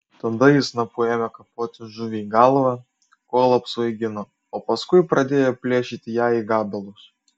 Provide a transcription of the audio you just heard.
tada ji snapu ėmė kapoti žuviai galvą kol apsvaigino o paskui pradėjo plėšyti ją į gabalus